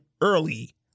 early